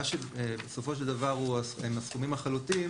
בסופו של דבר הסכומים החלוטים